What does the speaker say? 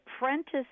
apprentice